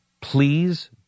please